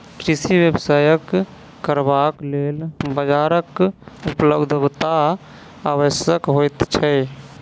कृषि व्यवसाय करबाक लेल बाजारक उपलब्धता आवश्यक होइत छै